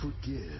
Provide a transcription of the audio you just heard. forgive